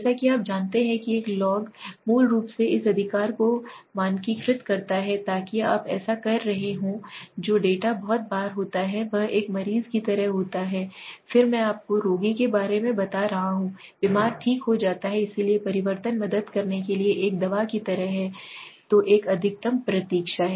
जैसा कि आप जानते हैं कि एक लॉग मूल रूप से इस अधिकार को मानकीकृत करता है ताकि आप ऐसा कर रहे हों जो डेटा बहुत बार होता है वह एक मरीज की तरह होता है फिर मैं आपको रोगी के बारे में बता रहा हूं बीमार ठीक हो जाता है इसलिए परिवर्तन मदद करने के लिए एक दवा की तरह है ठीक है तो एक अधिकतम प्रतीक्षा है